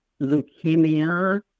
leukemia